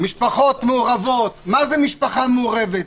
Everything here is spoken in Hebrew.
משפחות מעורבות מה זה משפחה מעורבת?